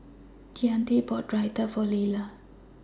Deante bought Raita For Lella